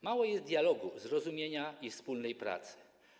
Mało jest dialogu, zrozumienia i wspólnej pracy.